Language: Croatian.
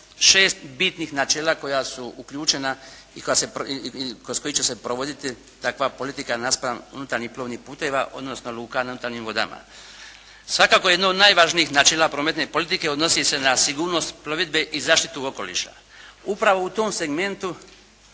šest bitnih načela koja su uključena i kroz koje će se provoditi takva politika naspram unutarnjih plovnih putova odnosno luka na unutarnjim vodama. Svakako jedno od najvažnijih načela prometne politike odnosi se na sigurnost plovidbe i zaštitu okoliša. Upravo u tom segmentu,